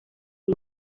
new